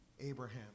Abraham